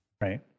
Right